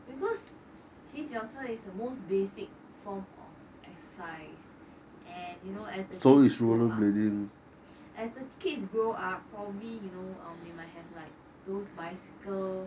because 骑脚车:qi jiaoe che is the most basic form of exercise and you know as the kids grow up as the kids grow up probably you know um they might have like those bicycle